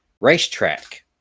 Racetrack